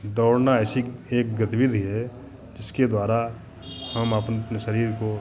दौड़ना ऐसी एक गतिविधि है जिसके द्वारा हम आपन अपने शरीर को